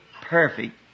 perfect